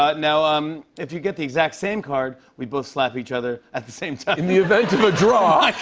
ah now, ah um if you get the exact same card, we both slap each other at the same time. in the event of a draw